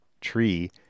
tree